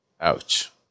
Ouch